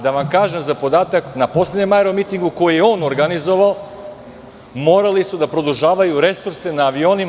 Da vam kažem, za podatak, na poslednjem aero mitingu, koji je on organizovao, morali su da produžavaju resurse na avionima.